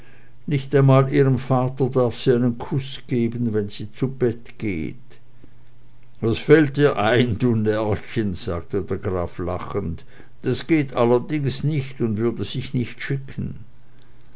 nicht einmal ihrem vater darf sie einen kuß geben wenn sie zu bett geht was fällt dir ein du närrchen sagte der graf lachend das geht allerdings nicht und würde sich nicht schicken